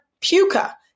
Puka